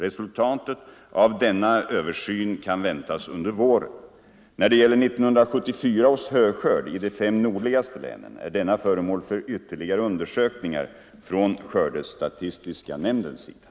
Resultatet av denna översyn kan väntas under våren. När det gäller 1974 års höskörd i de fem nordligaste länen är denna föremål för ytterligare undersökningar från skördestatistiska nämndens sida.